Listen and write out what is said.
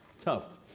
tough.